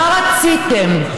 מה רציתם?